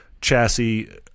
Chassis